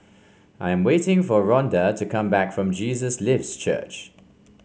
I am waiting for Rhonda to come back from Jesus Lives Church